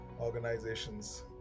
organizations